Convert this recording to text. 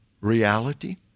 reality